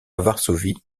varsovie